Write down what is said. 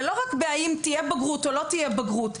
ולא רק אם תהיה בגרות או לא תהיה בגרות.